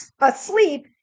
asleep